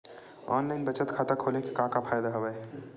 online बचत खाता खोले के का का फ़ायदा हवय